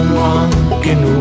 walking